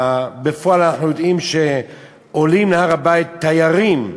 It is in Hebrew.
בפועל, אנחנו יודעים שעולים להר-הבית תיירים,